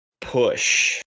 push